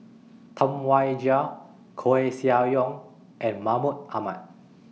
Tam Wai Jia Koeh Sia Yong and Mahmud Ahmad